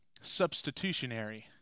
substitutionary